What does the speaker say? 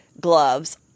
gloves